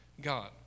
God